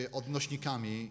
odnośnikami